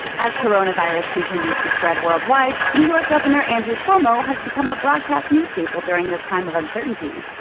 as coronavirus continues to spread worldwide, new york governor andrew cuomo has become a broadcast news staple during this time of uncertainty.